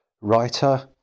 writer